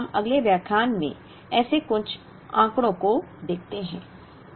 इसलिए हम अगले व्याख्यान में ऐसे कुछ आंकड़ों को देखते हैं